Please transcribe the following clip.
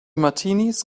martinis